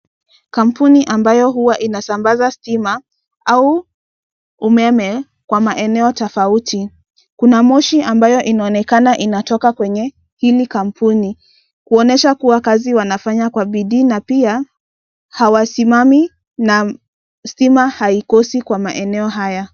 Kampuni ambayo huwa inasambaza stima, au umeme kwa maeneo tofauti, kuna moshi ambayo inaonekana inatoka kwenye hili kampuni, kuonyesha kuwa kazi wanafanya kwa bidii na pia hawasimami, na stima haikosi kwa maeneo haya.